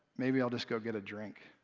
maybe i'll just go get a drink.